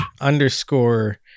underscore